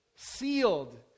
sealed